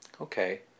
Okay